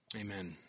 Amen